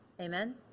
Amen